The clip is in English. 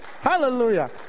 Hallelujah